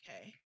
Okay